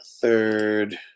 third